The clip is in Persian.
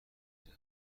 جسد